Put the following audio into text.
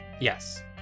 Yes